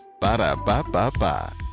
Ba-da-ba-ba-ba